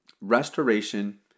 restoration